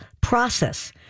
process